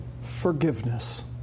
Forgiveness